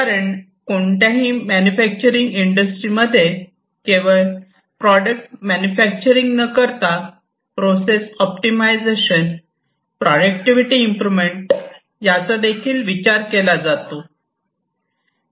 कारण कोणत्याही manufacturing industry मध्ये केवळ प्रॉडक्ट्स् मॅनुफॅकट्युरिंग न करता प्रोसेस ऑप्टिमायझेशन प्रॉटडक्टिविटी इंप्रूमेंट याचा देखील विचार केला जातो